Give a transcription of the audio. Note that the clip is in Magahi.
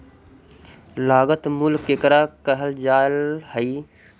लागत मूल्य केकरा कहल जा हइ?